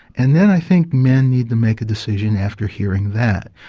and then i think men need to make a decision after hearing that.